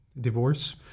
divorce